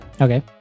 Okay